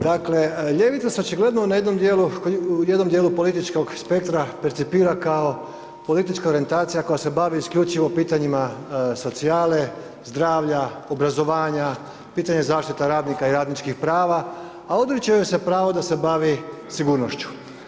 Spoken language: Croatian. Dakle, ljevica se očigledno na jednom dijelu političkog spektra percipira kao politička orijentacija koja se bavi isključivo pitanjima socijale, zdravlja, obrazovanja, pitanje zaštite radnika i radničkih prava, a odriče joj se pravo da se bavi sigurnošću.